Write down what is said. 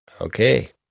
Okay